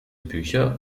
bücher